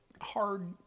hard